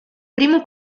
primo